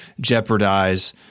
jeopardize